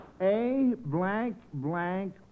A-blank-blank